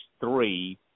three